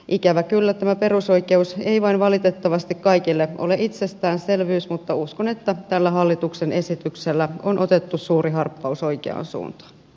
ikävä kyllä tämä perusoikeus ei vain valitettavasti kaikille ole itsestäänselvyys mutta uskon että tällä hallituksen esityksellä on otettu suuri harppaus oikeaan suuntaan